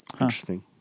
Interesting